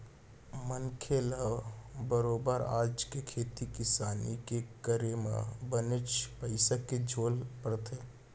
मनसे ल बरोबर आज के खेती किसानी के करे म बनेच पइसा के झेल परथे